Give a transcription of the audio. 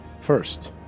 First